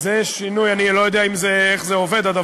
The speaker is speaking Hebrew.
זו לא הצעת חוק דתית, היא ממש לא הצעת חוק דתית,